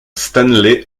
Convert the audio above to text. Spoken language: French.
stanley